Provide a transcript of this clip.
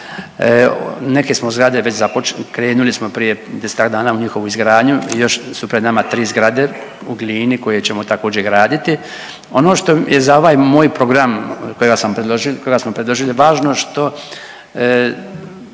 Neke smo zgrade već počeli, krenuli smo prije 10-ak dana u njihovu izgradnju, još su pred nama 3 zgrade u Glini koje ćemo također, graditi. Ono što je za ovaj moj program kojega sam predložio, kojega